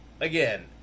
again